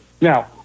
Now